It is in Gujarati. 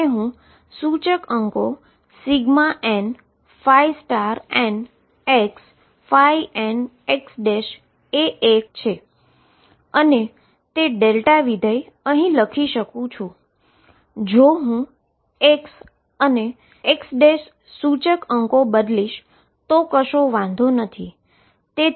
જેને હું સૂચકઅંકો nnxnx એ એક છે અને તે ડેલ્ટા ફંક્શન અહી લખી શકું છું જો હું X અને x ઈન્ડાઈસીસ બદલીશ તો કશો વાંધો નથી